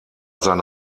seine